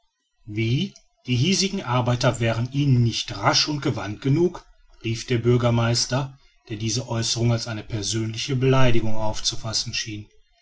wie die hiesigen arbeiter wären ihnen nicht rasch und gewandt genug rief der bürgermeister der diese aeußerung als eine persönliche beleidigung aufzufassen schien